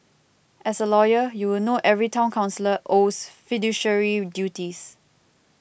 as a lawyer you will know every Town Councillor owes fiduciary duties